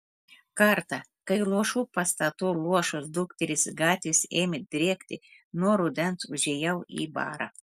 kartą kai luošų pastatų luošos dukterys gatvės ėmė drėkti nuo rudens užėjau į barą